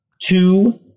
two